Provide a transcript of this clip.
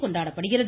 கொண்டாடப்படுகிறது